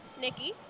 Nikki